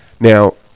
Now